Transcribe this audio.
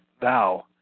thou